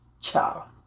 Ciao